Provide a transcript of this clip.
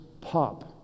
pop